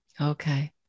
Okay